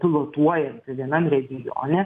pilotuojant vienam regione